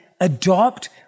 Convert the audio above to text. adopt